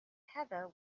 heather